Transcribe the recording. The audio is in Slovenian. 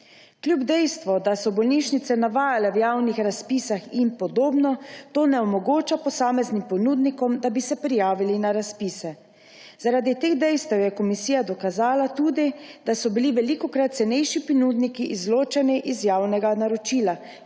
Kljub temu, da so bolnišnice navajale v javnih razpisih in podobno, to ne omogoča posameznim ponudnikom, da bi se prijavili na razpise. Zaradi teh dejstev je komisija dokazala tudi, da so bili velikokrat cenejši ponudniki izločani iz javnega naročila,